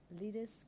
leaders